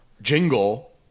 jingle